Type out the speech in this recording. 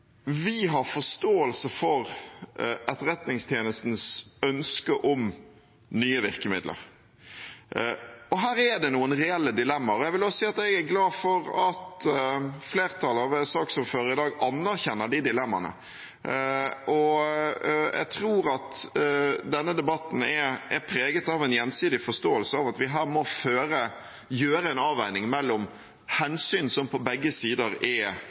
vi har forståelse for Etterretningstjenestens ønske om nye virkemidler. Her er det noen reelle dilemmaer. Jeg vil også si at jeg er glad for at flertallet ved saksordføreren i dag anerkjenner de dilemmaene. Jeg tror at denne debatten er preget av en gjensidig forståelse av at vi her må gjøre en avveining mellom hensyn som på begge sider er